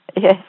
Yes